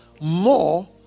more